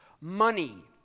money